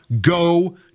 Go